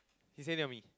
he stay near me